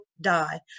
die